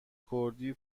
کردی